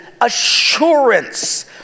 assurance